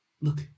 look